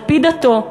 על-פי דתו,